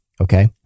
Okay